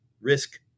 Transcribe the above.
risk